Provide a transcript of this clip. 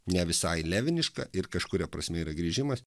ne visai leviniška ir kažkuria prasme yra grįžimas